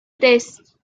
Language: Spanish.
tres